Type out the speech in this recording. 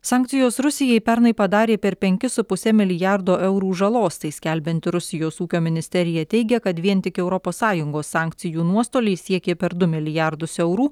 sankcijos rusijai pernai padarė per penkis su puse milijardo eurų žalos tai skelbianti rusijos ūkio ministerija teigia kad vien tik europos sąjungos sankcijų nuostoliai siekė per du milijardus eurų